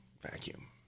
vacuum